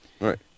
Right